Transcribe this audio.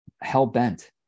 hell-bent